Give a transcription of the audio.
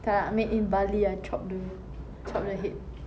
tak nak made in bali chop dulu chop the head